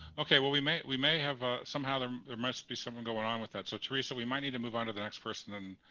ok. well, we may we may have somehow there there must be something going on with that, so theresa, we might need to move on to the next person. and